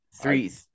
Three